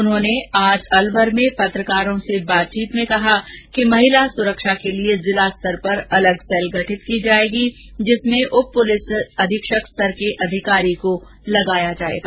उन्होंने आज अलवर में पत्रकारों से बातचीत में कहा कि कहा कि महिला सुरक्षा के लिए जिला स्तर पर अलग सैल गठित की जाएगी इसमें उप पुलिस अधीक्षक स्तर के अधिकारी को लगाया जाएगा